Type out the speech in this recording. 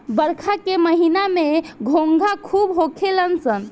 बरखा के महिना में घोंघा खूब होखेल सन